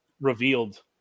revealed